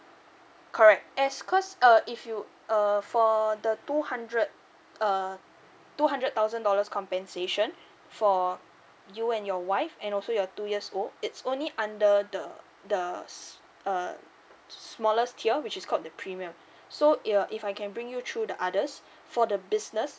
correct as cause uh if you err for the two hundred uh two hundred thousand dollars compensation for you and your wife and also your two years old it's only under the the s~ uh smallest tier which is called the premium so ya if I can bring you through the others for the business